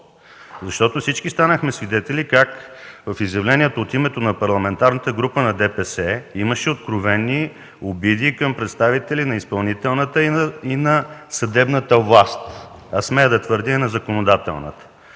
Всички станахме свидетели как в изявлението от името на Парламентарната група на ДПС имаше откровени обиди към представители на изпълнителната, на съдебната власт, а, смея да твърдя, и на законодателната.